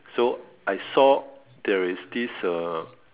so I saw there is this uh